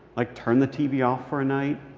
like turn the tv off for a night.